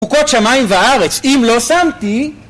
חוקות שמיים והארץ, אם לא שמתי